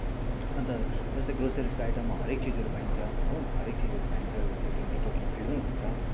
अन्त जस्तै ग्रोसरिसको आइटममा हरेक चिजहरू पाइन्छ हो हरेक चिजहरू पाइन्छ जस्तै त्यो नेटवर्किङ फिल्डमै हुन्छ